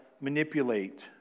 manipulate